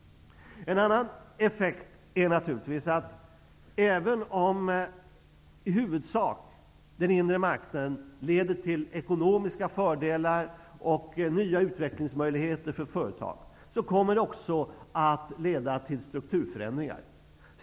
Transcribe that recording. En annan effekt är att även om den inre marknaden i huvudsak leder till ekonomiska fördelar och nya utvecklingsmöjligheter för företag kommer det att leda till strukturförändringar.